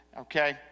Okay